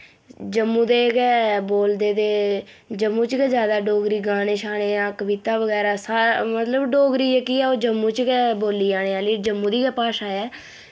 जम्मू दे गै बोलदे ते जम्मू च गै ज्यादा डोगरी गाने शाने जां कविता बगैरा सारा मतलब डोगरी जेह्की ऐ ओह् जम्मू च गै बोली जाने आह्ली जम्मू दी गै भाशा ऐ